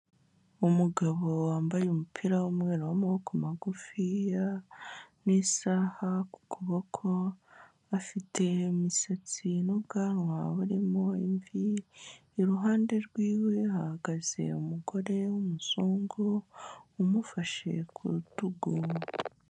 Umugabo wambaye umupira w'umweru w'amaboko magufiya n'isaha ku kuboko, afite imisatsi n'ubwanwa burimo imvi, iruhande rwiwe hahagaze umugore w'umuzungu umufashe ku rutugu.